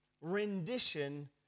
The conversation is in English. rendition